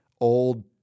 old